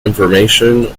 information